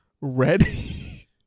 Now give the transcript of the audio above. ready